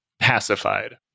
pacified